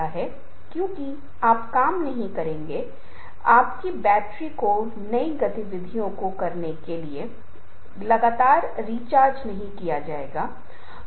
जैसे हमारा विषय है 'जंगल की आग' भले ही यह जंगल की आग जैसा विषय हो क्या आप जंगल की आग के बारे में बात करने जा रहे हैं